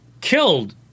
killed